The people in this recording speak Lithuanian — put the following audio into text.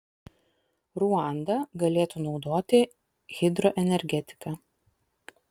ruanda galėtų naudoti hidroenergetiką